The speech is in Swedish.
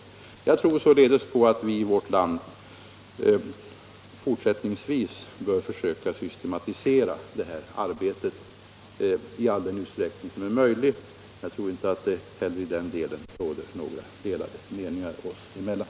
Jag tror således att vi i vårt land fortsättningsvis bör försöka systematisera det här arbetet i den utsträckning som är möjlig. Jag tror inte heller att det i den delen råder några delade meningar oss emellan.